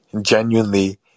genuinely